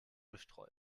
bestreut